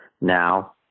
now